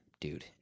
dude